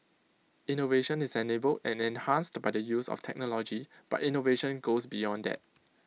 innovation is enabled and enhanced by the use of technology but innovation goes beyond that